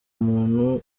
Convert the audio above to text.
muntu